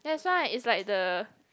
that's why is like the